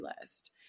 list